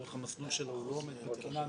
אורך המסלול שלו לא עומד בתקינה הנוכחית.